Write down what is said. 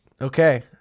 Okay